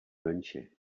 mönche